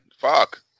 Fuck